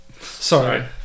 sorry